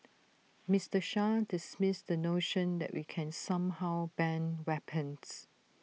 Mister Shah dismissed the notion that we can somehow ban weapons